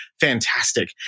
fantastic